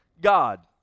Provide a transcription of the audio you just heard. God